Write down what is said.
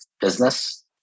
business